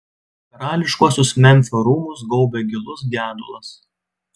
karališkuosius memfio rūmus gaubė gilus gedulas